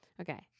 Okay